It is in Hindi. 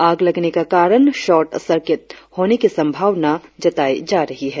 आग लगने का कारण शार्ट सर्किट होने की संभावना जताई जा रही है